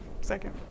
Second